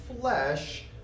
flesh